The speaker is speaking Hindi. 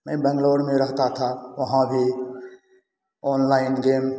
मैं बंगलौर में रहता था वहाँ भी अनलाइन गेम